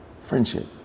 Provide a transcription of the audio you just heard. Friendship